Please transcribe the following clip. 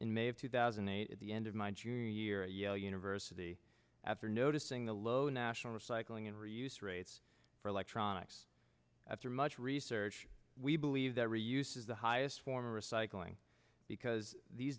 in may of two thousand and eight at the end of my junior year at yale university after noticing the low national recycling and reuse rates for electronics after much research we believe that reuse is the highest form of recycling because these